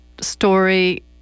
story